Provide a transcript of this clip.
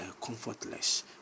comfortless